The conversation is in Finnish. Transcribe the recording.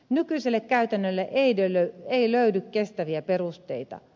nykyiselle käytännölle ei löydy kestäviä perusteita